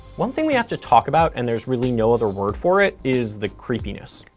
one thing we have to talk about, and there's really no other word for it, is the creepiness.